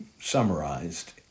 summarized